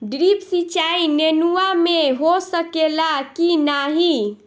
Drip सिंचाई नेनुआ में हो सकेला की नाही?